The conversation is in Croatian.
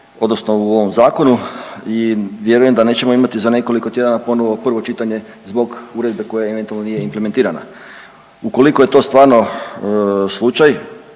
odnosno u ovom zakonu i vjerujem da nećemo imati za nekoliko tjedana ponovo prvo čitanje zbog uredbe koja eventualno nije implementirana. Ukoliko je to stvarno slučaj,